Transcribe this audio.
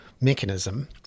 mechanism